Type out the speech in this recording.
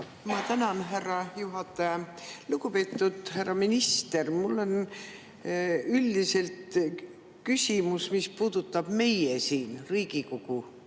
Ma tänan, härra juhataja! Lugupeetud härra minister! Mul on üldiselt küsimus, mis puudutab meie, Riigikogu